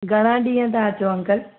घणा ॾींहं था अचो अंकल